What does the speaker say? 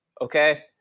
Okay